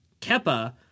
Keppa